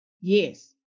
Yes